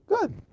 good